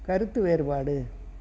கருத்து வேறுபாடு